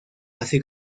así